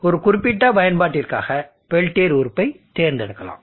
ஒரு குறிப்பிட்ட பயன்பாட்டிற்கான பெல்டியர் உறுப்பைத் தேர்ந்தெடுக்கலாம்